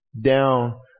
down